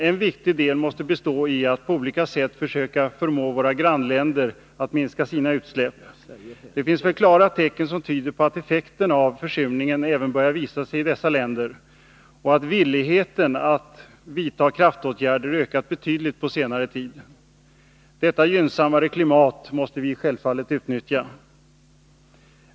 En viktig del av dessa måste vara att vi på olika sätt försöker förmå våra grannländer att minska sina utsläpp. Det finns klara tecken på att effekten av försurningen börjar visa sig även i dessa länder och att villigheten att vidtaga kraftåtgärder ökat betydligt på senare tid. Detta gynnsammare klimat måste vi självfallet utnyttja.